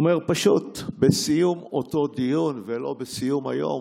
הוא אומר פשוט "בסיום אותו דיון" ולא "בסיום היום".